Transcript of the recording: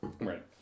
Right